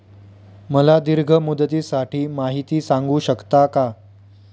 मला दीर्घ मुदतीसाठी माहिती सांगू शकता का?